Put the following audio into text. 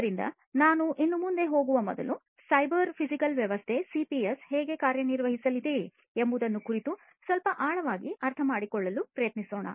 ಆದ್ದರಿಂದ ನಾನು ಇನ್ನೂ ಮುಂದೆ ಹೋಗುವ ಮೊದಲು ಈ ಸೈಬರ್ ಫಿಸಿಕಲ್ ವ್ಯವಸ್ಥೆ ಸಿಪಿಎಸ್ ಹೇಗೆ ಕಾರ್ಯನಿರ್ವಹಿಸಲಿದೆ ಎಂಬುದರ ಕುರಿತು ಸ್ವಲ್ಪ ಆಳವಾಗಿ ಅರ್ಥಮಾಡಿಕೊಳ್ಳಲು ಪ್ರಯತ್ನಿಸೋಣ